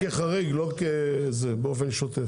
רק כחריג, לא באופן שוטף.